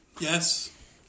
Yes